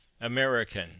American